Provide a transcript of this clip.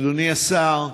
אדוני השר,